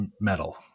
metal